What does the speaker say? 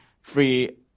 free